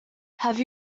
have